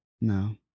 No